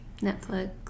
Netflix